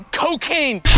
cocaine